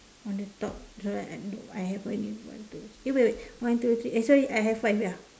on the top the right I don't I have only one two eh wait wait one two three eh sorry I have five ya